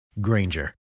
Granger